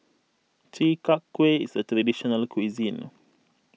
Chi Kak Kuih is a Traditional Local Cuisine